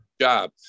job